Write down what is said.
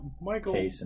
Michael